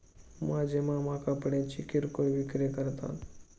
माझे मामा कपड्यांची किरकोळ विक्री करतात